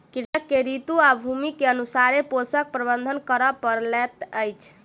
कृषक के ऋतू आ भूमि के अनुसारे पोषक प्रबंधन करअ पड़ैत अछि